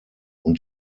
und